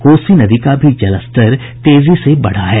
कोसी नदी का भी जलस्तर तेजी से बढ़ा है